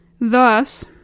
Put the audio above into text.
Thus